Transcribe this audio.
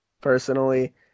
personally